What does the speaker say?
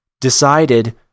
decided